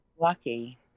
lucky